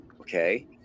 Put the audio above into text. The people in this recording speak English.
Okay